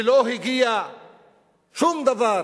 ולא הגיע שום דבר